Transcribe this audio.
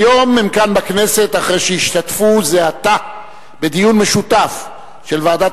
היום הם כאן בכנסת אחרי שהשתתפו זה עתה בדיון משותף של ועדת